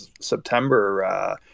September